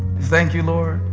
thank you, lord.